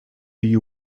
you